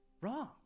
wrong